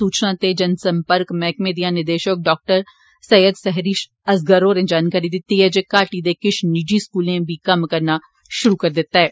सुचना ते जन सम्पर्क मैहकमें दियां निदेशक डाक्टर सैयद सेहरिश असगर होरें जानकारी दिती जे घाटी दे किश निजी स्कूलें बी कम्म करना शुरू करी दिता ऐ